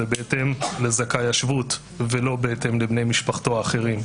זה בהתאם לזכאי השבות ולא בהתאם לבני משפחתו האחרים.